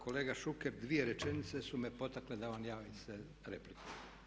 Kolega Šuker dvije rečenice su me potakle da vam javim se replikom.